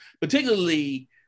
particularly